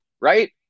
right